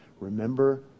Remember